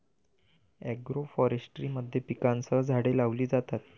agroforestry मध्ये पिकांसह झाडे लावली जातात